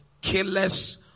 killers